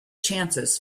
chances